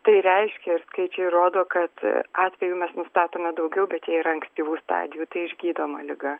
tai reiškia skaičiai rodo kad atvejų mes nustatome daugiau bet jie yra ankstyvų stadijų tai išgydoma liga